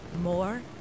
more